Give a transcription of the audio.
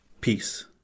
Peace